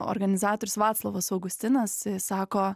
organizatorius vaclovas augustinas sako